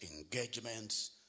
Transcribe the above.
engagements